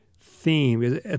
theme